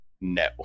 No